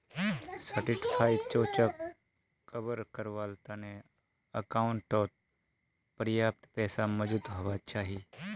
certified चेकोक कवर कारवार तने अकाउंटओत पर्याप्त पैसा मौजूद हुवा चाहि